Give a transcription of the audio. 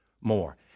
more